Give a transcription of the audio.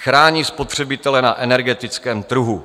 Chrání spotřebitele na energetickém trhu.